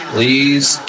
Please